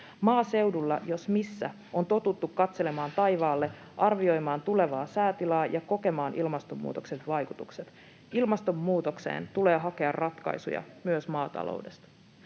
Maaseudulla jos missä on totuttu katselemaan taivaalle, arvioimaan tulevaa säätilaa ja kokemaan ilmastonmuutoksen vaikutukset. Ilmastonmuutokseen tulee hakea ratkaisuja myös maataloudesta.